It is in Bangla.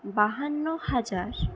বাহান্ন হাজার